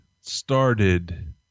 started